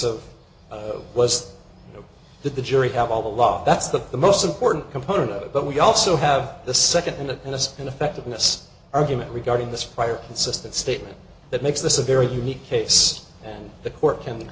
of was that the jury have all the law that's the most important component of it but we also have the second and this ineffectiveness argument regarding this prior consistent statement that makes this a very unique case and the court an